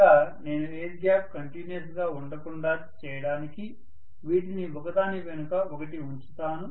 ఇంకా నేను air gap continuous గా ఉండకుండా చేయడానికి వీటిని ఒక దాని వెనుక ఒకటి ఉంచుతాను